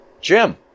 Jim